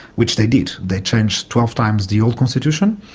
which they did, they changed twelve times the old constitution.